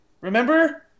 Remember